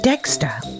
Dexter